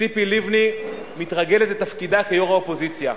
שציפי לבני מתרגלת לתפקידה כיו"ר האופוזיציה.